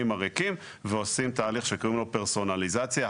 הריקים ועושים תהליך שקוראים לו פרסונליזציה,